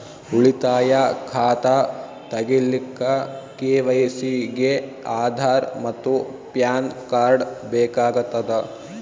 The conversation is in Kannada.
ಉಳಿತಾಯ ಖಾತಾ ತಗಿಲಿಕ್ಕ ಕೆ.ವೈ.ಸಿ ಗೆ ಆಧಾರ್ ಮತ್ತು ಪ್ಯಾನ್ ಕಾರ್ಡ್ ಬೇಕಾಗತದ